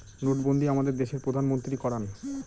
নোটবন্ধী আমাদের দেশের প্রধানমন্ত্রী করান